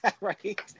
right